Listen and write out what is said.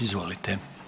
Izvolite.